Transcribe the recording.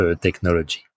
technology